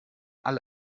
alle